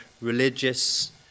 religious